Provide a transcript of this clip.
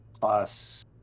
plus